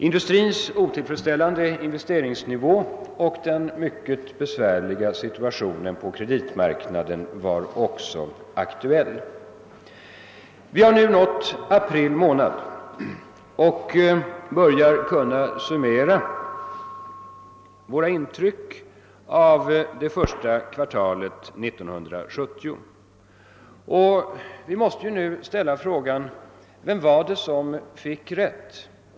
Industrins otillfredsställande investeringsnivå och den mycket besvärliga situationen på kreditmarknaden var också aktuella frågor. Vi har nu nått april månad och börjar kunna summera våra intryck av det första kvartalet 1970. Vi måste nu ställa frågan: Vem var det som fick rätt?